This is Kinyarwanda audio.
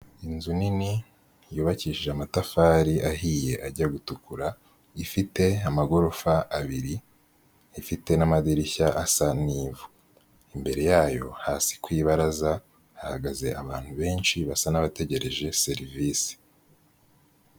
Inzu nini yubakishije amatafari ahiye ajya gutukura, ifite amagorofa abiri, ifite n'amadirishya asa n'ivu. Imbere yayo hasi ku ibaraza hahagaze abantu benshi basa n'abategereje serivisi.